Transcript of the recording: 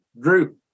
drew